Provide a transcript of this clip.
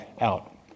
out